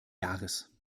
jahres